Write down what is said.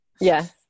Yes